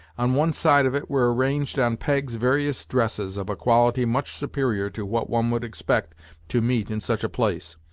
on one side of it were arranged, on pegs, various dresses, of a quality much superior to what one would expect to meet in such a place,